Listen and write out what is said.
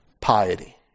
piety